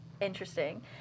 interesting